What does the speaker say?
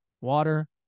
water